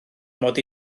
mod